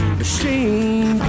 machine